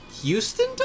Houston